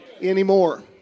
anymore